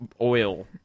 oil